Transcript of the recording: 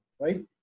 right